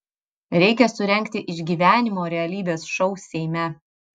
reikia surengti išgyvenimo realybės šou seime